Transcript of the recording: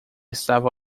estava